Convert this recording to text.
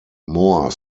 more